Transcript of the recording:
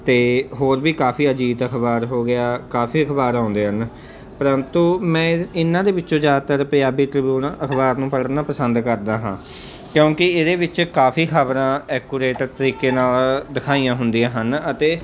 ਅਤੇ ਹੋਰ ਵੀ ਕਾਫ਼ੀ ਅਜੀਤ ਅਖ਼ਬਾਰ ਹੋ ਗਿਆ ਕਾਫ਼ੀ ਅਖ਼ਬਾਰ ਆਉਂਦੇ ਹਨ ਪਰੰਤੂ ਮੈਂ ਇਹ ਇਹਨਾਂ ਦੇ ਵਿੱਚੋਂ ਜ਼ਿਆਦਾਤਰ ਪੰਜਾਬੀ ਟ੍ਰਿਬਿਊਨ ਅਖ਼ਬਾਰ ਨੂੰ ਪੜ੍ਹਨਾ ਪਸੰਦ ਕਰਦਾ ਹਾਂ ਕਿਉਂਕਿ ਇਹਦੇ ਵਿੱਚ ਕਾਫ਼ੀ ਖ਼ਬਰਾਂ ਐਕੁਰੇਟ ਤਰੀਕੇ ਨਾਲ ਦਿਖਾਈਆਂ ਹੁੰਦੀਆਂ ਹਨ ਅਤੇ